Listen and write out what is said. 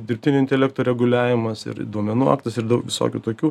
dirbtinio intelekto reguliavimas ir duomenų aktas ir daug visokių tokių